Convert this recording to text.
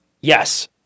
Yes